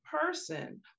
person